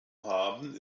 haben